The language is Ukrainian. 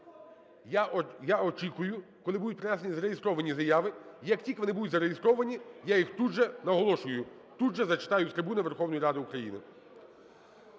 Я очікую, коли будуть принесені зареєстровані заяви. Як тільки вони будуть зареєстровані, я їх тут же проголошую, тут же зачитаю з трибуни Верховної Ради України.